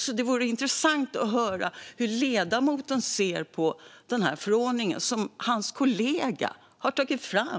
Det vore därför intressant att höra hur ledamoten ser på den här förordningen som hans kollega har tagit fram.